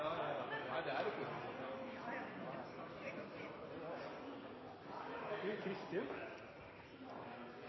Nei, det er det ikke.